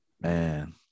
man